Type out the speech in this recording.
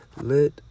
let